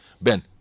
Ben